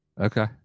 Okay